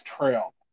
trail